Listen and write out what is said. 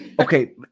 Okay